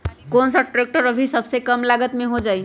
कौन सा ट्रैक्टर अभी सबसे कम लागत में हो जाइ?